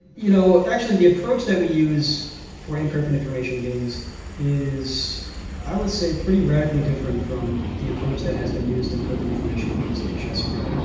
you know actually, the approach that we use for imperfect information games is i would say pretty radically different from the approach that has been used in perfect information games like chess or go.